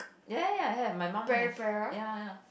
ya ya ya I have my mum have ya ya ya